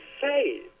say